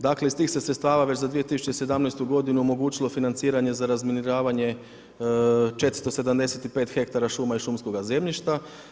Dakle, iz tih se sredstava veća za 2017. godinu omogućilo financiranje za razminiranje 475 hektara šuma i šumskog zemljišta.